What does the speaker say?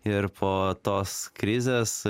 ir po tos krizės